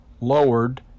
lowered